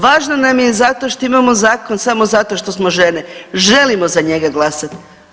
Važno nam je zato što imamo zakon samo zato što smo žene, želimo za njega glasati.